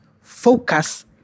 focus